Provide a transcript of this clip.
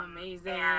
Amazing